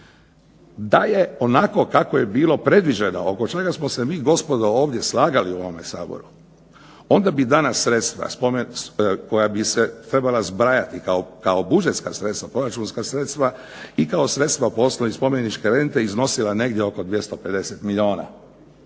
Da je onako kako je bilo predviđeno oko čega smo se mi gospodo ovdje slagali u ovom Saboru onda bi danas sredstva koja bi se trebala zbrajati kao budžetska sredstva, proračunska sredstva i kao sredstva po osnovi spomeničke rente iznosila negdje oko 250 milijuna.